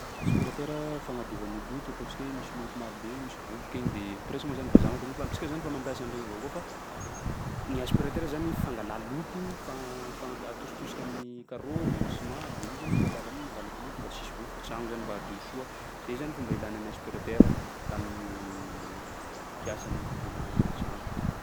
Aspiratera, fagnadiova gny loto, ataontsika hoe misy loto marobe, misy vovoka igny de presque moa zany vazaha mampiasa azy fa amintsika zany fa mampiasa an'iregny avao koa fa ny aspiratera zany fangalà loto, fa- fa- atositosiky amin'ny carreaux, siman de igny zany amin'ny alalan'igny mangalaky loto mba tsy hisy vovoky tragno zany mba hadio soa. Zay zany fomba ilana'ny aspirateur amin'ny fiasany ai- na- eo am'tragno.